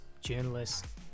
journalists